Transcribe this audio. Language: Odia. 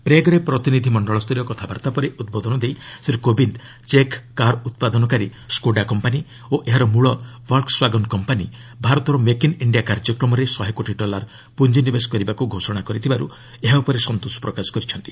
ପ୍ରେଗ୍ରେ ପ୍ରତିନିଧି ମଣ୍ଡଳ ସ୍ତରୀୟ କଥାବାର୍ତ୍ତା ପରେ ଉଦ୍ବୋଧନ ଦେଇ ଶ୍ରୀ କୋବିନ୍ଦ ଚେକ୍ କାର୍ ଉତ୍ପାଦନକାରୀ ସ୍କୋଡା କମ୍ପାନୀ ଓ ଏହାର ମୂଳ ବଲକ୍ସ୍ୱାଗନ୍ କମ୍ପାନୀ ଭାରତର ମେକ୍ଇନ୍ ଇଣ୍ଡିଆ କାର୍ଯ୍ୟକ୍ରମରେ ଶହେ କୋଟି ଡଲାର୍ ପ୍ରଞ୍ଜିନିବେଶ କରିବାକୁ ଘୋଷଣା କରିଥିବାର୍ ଏହା ଉପରେ ସନ୍ତୋଷ ପ୍ରକାଶ କରିଛନ୍ତି